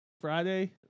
Friday